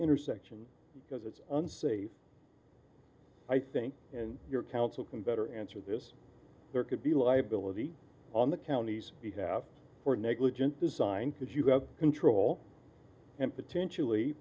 intersection because it's unsafe i think and your counsel can better answer this there could be liability on the county's behalf for negligent design because you got control and potentially